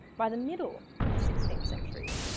by the middle of the sixteenth century,